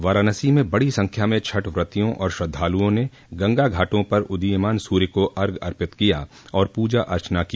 वाराणसी में बड़ी संख्या में छठ वतियों और श्रद्वालुओं ने गंगा घाटों पर उदीयमान सूर्य को अर्घ्य अर्पित किया और पूजा अर्चना की